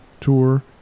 tour